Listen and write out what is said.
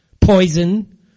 poison